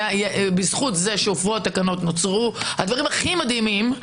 בזכות זה שהופרו התקנות נוצרו הדברים הכי מדהימים,